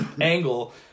angle